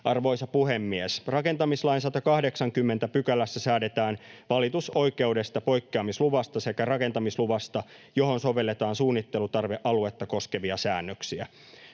Arvoisa puhemies! Rakentamislain 180 §:ssä säädetään valitusoikeudesta, poikkeamisluvasta sekä rakentamisluvasta, johon sovelletaan suunnittelutarvealuetta koskevia säännöksiä.